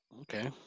Okay